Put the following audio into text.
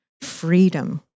freedom